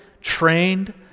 trained